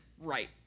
Right